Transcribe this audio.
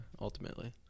ultimately